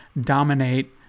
dominate